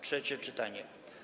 Trzecie czytanie.